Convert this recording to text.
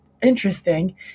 interesting